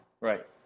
Right